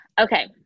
Okay